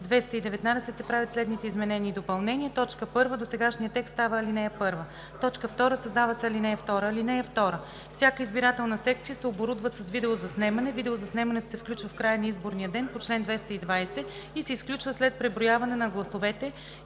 219 се правят следните изменения и допълнения: 1. Досегашният текст става ал. 1. 2. Създава се ал. 2: „(2) Всяка избирателна секция се оборудва с видеозаснемане. Видеозаснемането се включва в края на изборния ден по чл. 220 и се изключва след преброяване на гласовете,